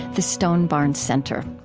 the stone barns center.